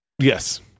Yes